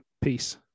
Peace